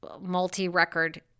multi-record